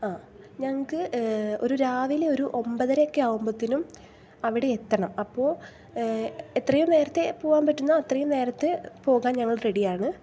ആ ഞങ്ങൾക്ക് ഒരു രാവിലെ ഒരു ഒമ്പതരയൊക്കെ ആകുമ്പത്തേനും അവിടെ എത്തണം അപ്പോൾ എത്രയും നേരത്തെ പോകാൻ പറ്റുന്നോ അത്രയും നേരത്തെ ഞങ്ങൾ പോകാൻ റെഡിയാണ്